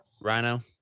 Rhino